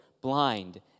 blind